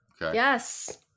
Yes